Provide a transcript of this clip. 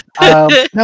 No